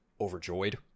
overjoyed